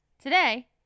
Today